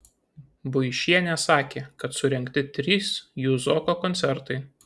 buišienė sakė kad surengti trys juzoko koncertai